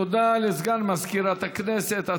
תודה לסגן מזכירת הכנסת.